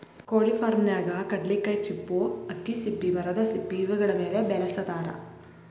ಕೊಳಿ ಫಾರ್ಮನ್ಯಾಗ ಕಡ್ಲಿಕಾಯಿ ಚಿಪ್ಪು ಅಕ್ಕಿ ಸಿಪ್ಪಿ ಮರದ ಸಿಪ್ಪಿ ಇವುಗಳ ಮೇಲೆ ಬೆಳಸತಾರ